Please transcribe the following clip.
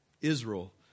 Israel